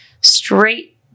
straight